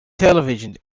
television